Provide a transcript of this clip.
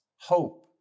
Hope